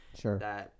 Sure